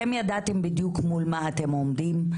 אתם ידעתם בדיוק מול מה אתם עומדים,